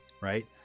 right